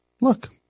look